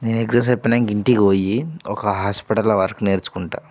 నేను ఎగ్జామ్స్ అయిపోయాక ఇంటికిపోయి ఒక హాస్పిటల్లో వర్క్ నేర్చుకుంటాను